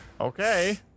Okay